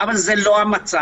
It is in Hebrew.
אבל זה לא המצב.